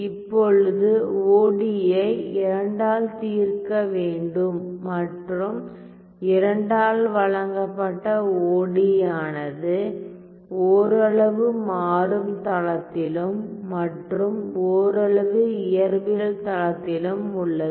இப்பொழுது ஒடியி ஐ II ஆல் தீர்க்க வேண்டும் மற்றும் 2 ஆல் வழங்கப்பட்ட ஒடியி ஆனது ஓரளவு மாறும் தளத்திலும் மற்றும் ஓரளவு இயற்பியல் தளத்திலும் உள்ளது